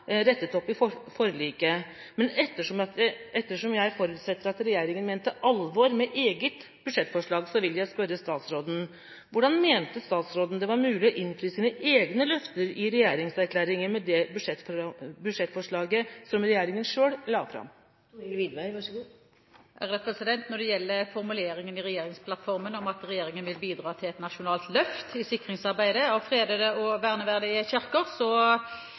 rettet opp i forliket. Men ettersom jeg forutsetter at regjeringa mente alvor med eget budsjettforslag, spør jeg statsråden: Hvordan mente statsråden det var mulig å innfri sine egne løfter i regjeringserklæringa med det budsjettforslaget som regjeringa selv la fram? :Når det gjelder formuleringene i regjeringsplattformen om at regjeringen vil bidra til et nasjonalt løft i sikringsarbeidet av fredede og verneverdige kirker,